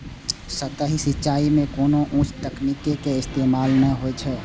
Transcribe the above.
सतही सिंचाइ मे कोनो उच्च तकनीक के इस्तेमाल नै होइ छै